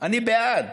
אני בעד.